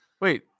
Wait